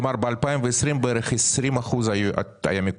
כלומר, ב-2020, בערך 20 אחוזים היו במקוון.